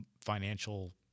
financial